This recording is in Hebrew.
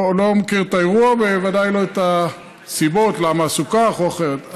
לא מכיר את האירוע וודאי לא את הסיבות למה עשו כך או אחרת.